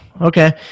Okay